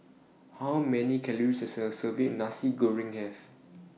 How Many Calories Does A Serving of Nasi Goreng Have